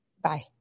Bye